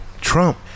trump